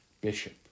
bishop